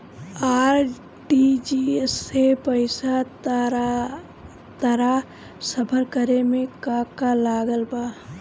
RTGS से पईसा transfer करे मे का का लागत बा?